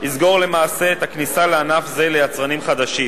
יסגור למעשה את הכניסה לענף זה ליצרנים חדשים,